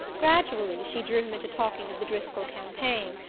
gradually she drew him into talking of the driscoll campaign,